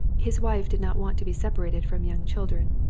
his wife did not want to be sepa rated from young children,